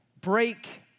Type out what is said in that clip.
break